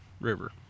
river